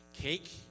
cake